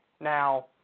Now